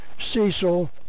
Cecil